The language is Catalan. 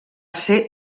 ser